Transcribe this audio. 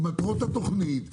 עם מטרות התוכנית,